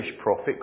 prophet